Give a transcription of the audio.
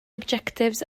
objectives